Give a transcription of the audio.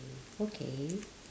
okay